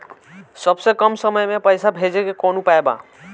सबसे कम समय मे पैसा भेजे के कौन उपाय बा?